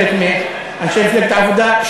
חלק מאנשי צוות העבודה,